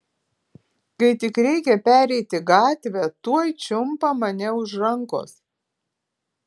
kai tik reikia pereiti gatvę tuoj čiumpa mane už rankos